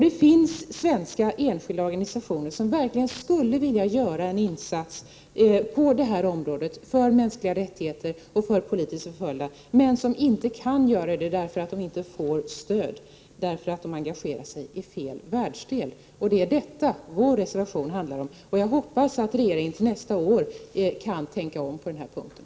Det finns svenska enskilda organisationer som skulle vilja göra en verklig insats för mänskliga rättigheter och för politiskt förföljda, men som inte kan göra det därför att de inte får stöd, eftersom de engagerat sig i fel världsdel. Det är detta som vår reservation handlar om. Jag hoppas att regeringen till nästa år kan tänka om på den här punkten.